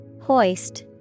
Hoist